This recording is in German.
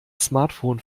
smartphone